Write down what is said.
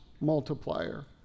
multiplier